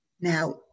Now